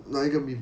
哪一个 meme